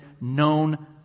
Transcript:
known